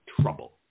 trouble